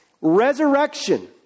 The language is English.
Resurrection